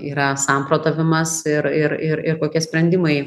yra samprotavimas ir ir ir ir kokie sprendimai